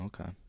okay